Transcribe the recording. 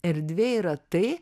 erdvė yra tai